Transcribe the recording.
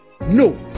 No